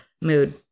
Mood